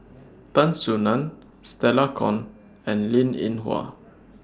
Tan Soo NAN Stella Kon and Linn in Hua